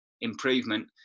improvement